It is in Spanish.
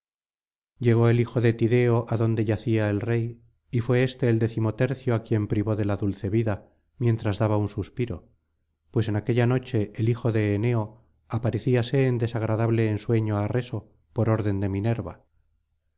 llegó el hijo de tideo adonde yacía el rey y fué éste el decimotercio á quien privó de la dulce vida mientras daba un suspiro pues en aquella noche el hijo de éneo aparecíase en desagradable ensueño á reso por orden de minerva